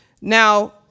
Now